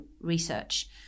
research